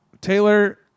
Taylor